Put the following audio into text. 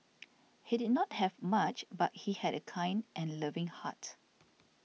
he did not have much but he had a kind and loving heart